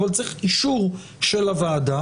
אבל צריך אישור של הוועדה.